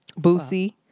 Boosie